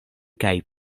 kaj